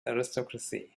aristocracy